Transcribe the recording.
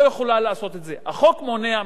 החוק מונע ממנה לעשות את זה.